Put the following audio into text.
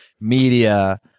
media